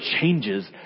changes